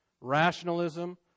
rationalism